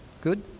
good